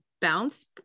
bounce